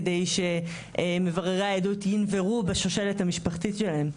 כדי שמבררי העדות ינברו בשושלת המשפחתית שלהן,